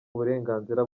uburenganzira